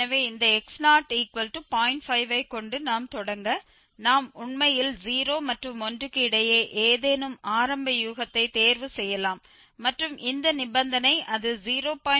5ஐ கொண்டு நாம் தொடங்க நாம் உண்மையில் 0 மற்றும் 1க்கு இடையே ஏதேனும் ஆரம்ப யூகத்தை தேர்வு செய்யலாம் மற்றும் இந்த நிபந்தனை அது 0